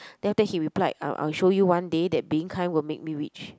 then after that he replied um I'll show you one day that being kind will make me rich